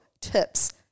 tips